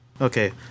Okay